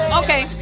okay